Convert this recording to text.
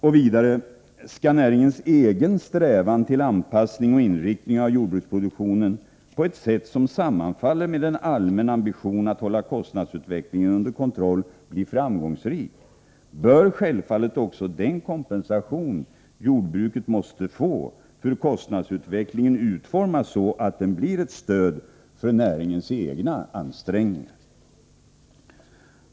Och vidare: Skall näringens egen strävan till anpassning och inriktning av jordbruksproduktionen på ett sätt som sammanfaller med en allmän ambition att hålla kostnadsutvecklingen under kontroll bli framgångsrik, bör självfallet också den kompensation jordbruket måste få för kostnadsutvecklingen utformas så, att den blir ett stöd för näringens egna ansträngningar.